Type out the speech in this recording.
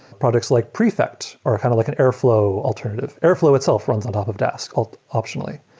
products like prefect or kind of like an airflow alternative. airflow itself runs on top of dask optionally.